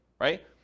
right